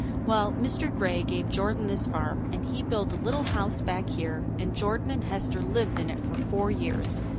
well, mr. gray gave jordan this farm and he built a little house back here and jordan and hester lived in it for four years.